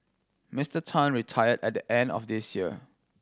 Mister Tan retired at the end of this year